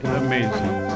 amazing